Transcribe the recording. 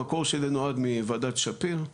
המקור של זה נועד מוועדת שפיר,